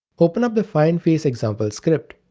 open up the find face example script,